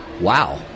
Wow